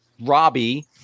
Robbie